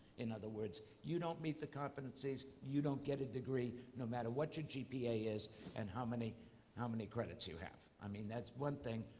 in other words, you don't meet the competencies, you don't get a degree, no matter what your gpa is and how many how many credits you have. i mean, that's one thing.